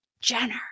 Jenner